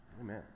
Amen